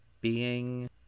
being-